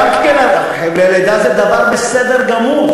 נו, בסדר גמור, חבלי לידה זה בסדר גמור.